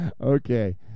Okay